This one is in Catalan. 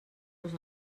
los